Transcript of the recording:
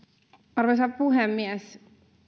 arvoisa puhemies